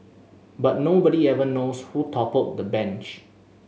but nobody ever knows who toppled the bench